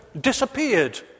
disappeared